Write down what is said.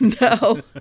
No